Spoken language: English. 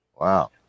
Wow